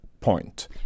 point